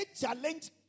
challenge